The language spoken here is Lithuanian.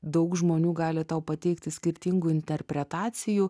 daug žmonių gali tau pateikti skirtingų interpretacijų